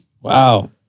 Wow